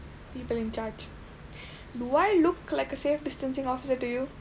people in charge do I look like a safe distancing officer to you